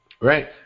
Right